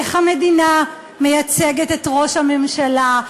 איך המדינה מייצגת את ראש הממשלה,